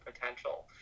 potential